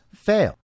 fail